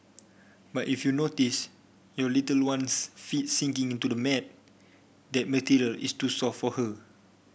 but if you notice your little one's feet sinking into the mat that material is too soft for her